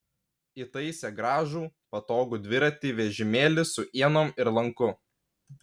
įtaisė gražų patogų dviratį vežimėlį su ienom ir lanku